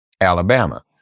Alabama